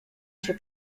się